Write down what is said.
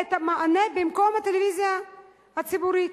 את המענה במקום הטלוויזיה הציבורית,